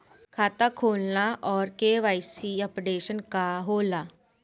खाता खोलना और के.वाइ.सी अपडेशन का होला?